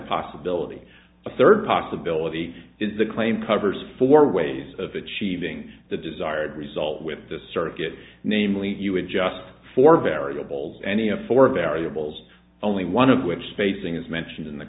possibility a third possibility is the claim covers four ways of achieving the desired result with the circuit namely you adjust for variables any of four variables only one of which spacing is mentioned in the